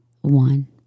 one